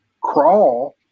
crawl